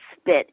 spit